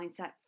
mindset